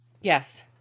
Yes